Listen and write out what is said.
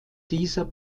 dieser